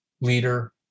leader